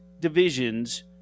divisions